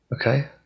Okay